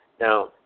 Now